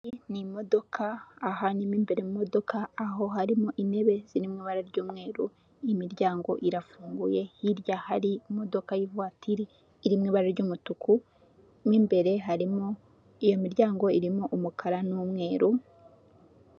Iyi ni imodoka aha ni mu imbere mu modoka aho harimo intebe zirimo ibara ry'umweru imiryango irafunguye, hirya hari imodoka y'ivatiri iri mu ibara ry'umutuku, mu imbere harimo iyo miryango irimo umukara n'umweru.